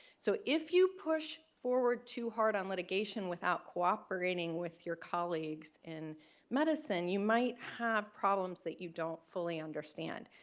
so if you push forward too hard on litigation without cooperating with your colleagues in medicine, you might have problems that you don't fully understand.